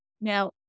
Now